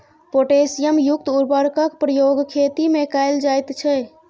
potassium युक्त उर्वरकक प्रयोग खेतीमे कैल जाइत छै